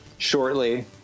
shortly